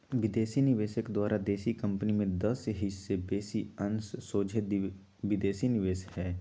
विदेशी निवेशक द्वारा देशी कंपनी में दस हिस् से बेशी अंश सोझे विदेशी निवेश हइ